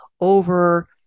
over